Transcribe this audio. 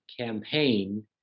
campaign